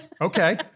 Okay